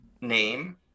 name